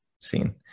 seen